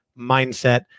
mindset